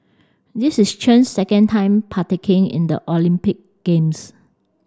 this is Chen's second time partaking in the Olympic games